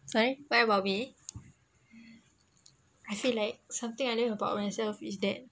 sorry what about me I feel like something I love about myself is that